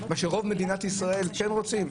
מה שרוב מדינת ישראל כן רוצים?